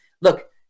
Look